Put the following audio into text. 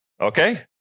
Okay